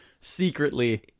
secretly